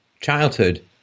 Childhood